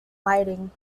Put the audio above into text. lighting